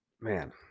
man